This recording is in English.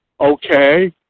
okay